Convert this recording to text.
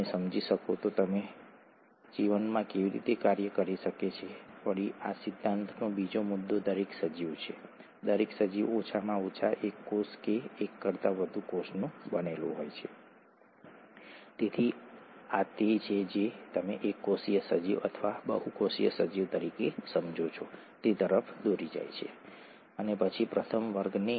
મને ખાતરી છે કે તમે બધાએ ડીએનએ વિશે સાંભળ્યું હશે આજકાલ તે ખૂબ જ લોકપ્રિય શબ્દ છે અને તે જ રીતે કોષમાં માહિતી સંગ્રહિત થાય છે તે માહિતી જે એક પેઢીથી બીજી પેઢીમાં પસાર કરવાની જરૂર છે ઠીક છે